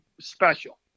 special